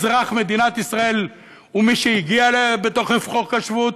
אזרח מדינת ישראל הוא מי שהגיע אליה בתוקף חוק השבות,